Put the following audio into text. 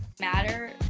matter